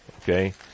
Okay